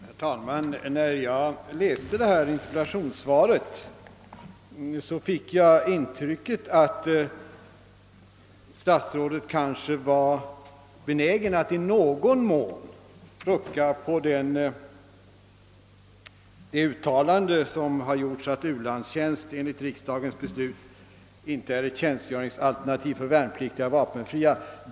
Herr talman! När jag läste detta interpellationssvar fick jag intrycket att statsrådet kanske var benägen att i någon mån rucka på det gjorda uttalandet, att u-landstjänst enligt riksdagens beslut inte är ett tjänstgöringsalternativ för vapenfria värnpliktiga.